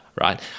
right